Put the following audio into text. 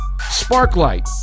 Sparklight